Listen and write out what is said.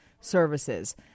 services